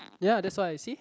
ya that's why see